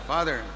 Father